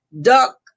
duck